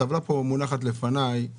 בטבלה שמונחת לפניי רואים,